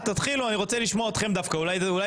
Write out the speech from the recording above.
כל מה שהוא אומר אני רואה אותם כדברים איכותיים,